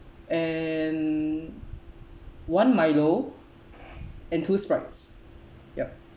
and one milo and two sprites yup